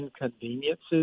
inconveniences